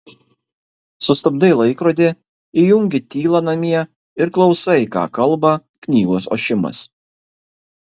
sustabdai laikrodį įjungi tylą namie ir klausai ką kalba knygos ošimas